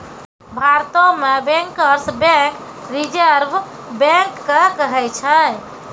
भारतो मे bankers bank reserve bank के कहै छै